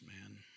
man